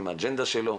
עם האג'נדה שלו.